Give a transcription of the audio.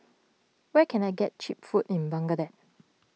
where can I get Cheap Food in Baghdad